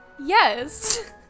Yes